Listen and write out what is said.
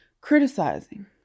criticizing